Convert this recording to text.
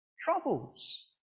Troubles